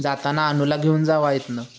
जाताना आनूला घेऊन जा इथून